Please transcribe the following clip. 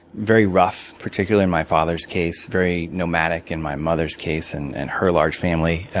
very rough, particularly in my father's case, very nomadic in my mother's case and and her large family.